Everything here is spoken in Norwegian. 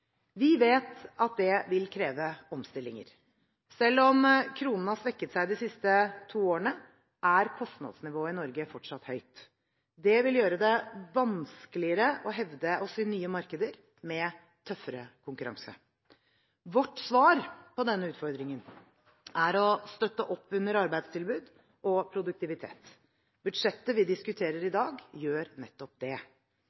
Vi vet at det vil kreve omstillinger. Selv om kronen har svekket seg de siste to årene, er kostnadsnivået i Norge fortsatt høyt. Det vil gjøre det vanskeligere for oss å hevde oss i nye markeder med tøffere konkurranse. Vårt svar på denne utfordringen er å støtte opp under arbeidstilbud og produktivitet. Budsjettet vi diskuterer i dag, gjør nettopp det.